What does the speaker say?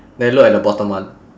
then look at the bottom one